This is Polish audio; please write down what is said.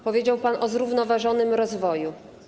Powiedział pan o zrównoważonym rozwoju.